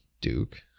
Duke